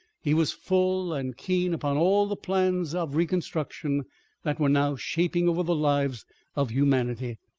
he was full and keen upon all the plans of reconstruction that were now shaping over the lives of humanity,